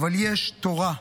אבל יש תורה,